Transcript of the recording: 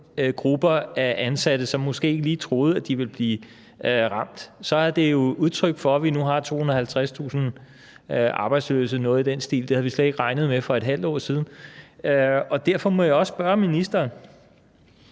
grupper af ansatte, som måske ikke lige troede at de ville blive ramt, så er det er udtryk for, at vi nu har 250.000 af arbejdsløse, noget i den stil, og det havde vi slet ikke regnet med for ½ år siden. Og derfor må jeg også spørge ministeren: